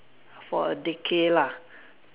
for a decade lah